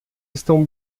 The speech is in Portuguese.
estão